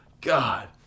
God